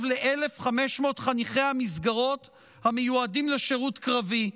ל-1,500 חניכי המסגרות המיועדים לשירות קרבי.